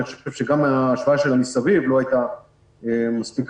ההשפעה של ה"מסביב" לא הייתה מספיק